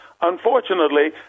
Unfortunately